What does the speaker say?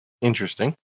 Interesting